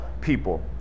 people